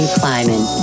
climbing